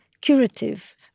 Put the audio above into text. curative